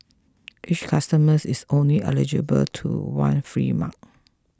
each customers is only eligible to one free mug